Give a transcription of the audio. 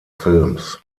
films